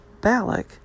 Balak